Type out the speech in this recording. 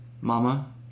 mama